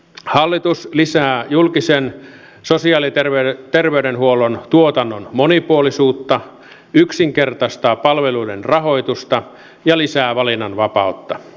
hallitus lisää julkisen sosiaali ja terveydenhuollon tuotannon monipuolisuutta yksinkertaistaa palveluiden rahoitusta ja lisää valinnanvapautta